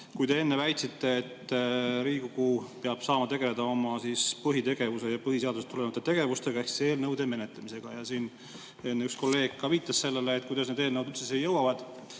te enne väitsite, et Riigikogu peab saama tegeleda oma põhitegevuse ja põhiseadusest tulenevate tegevustega ehk eelnõude menetlemisega. Siin enne just kolleeg viitas sellele, et kuidas need eelnõud [menetlusse] jõuavad,